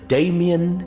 Damien